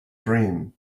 dream